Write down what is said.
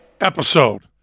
episode